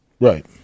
Right